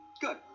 Good